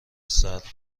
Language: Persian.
سرد